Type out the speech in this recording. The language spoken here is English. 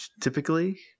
Typically